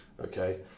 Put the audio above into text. Okay